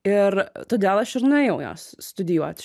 ir todėl aš ir nuėjau jos studijuoti